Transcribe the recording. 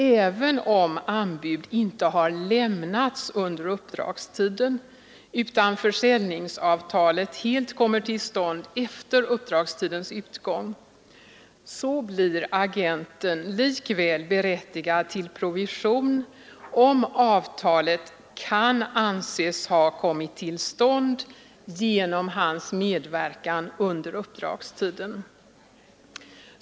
Även om anbud inte har lämnats under uppdragstiden, utan försäljningsavtalet helt kommit till stånd efter uppdragstidens utgång, blir agenten likväl berättigad till provision om avtalet kan anses ha kommit till stånd genom hans medverkan under uppdragstiden.